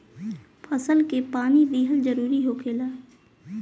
फसल के पानी दिहल जरुरी होखेला